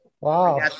Wow